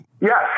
Yes